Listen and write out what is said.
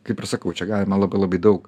kaip ir sakau čia galima labai labai daug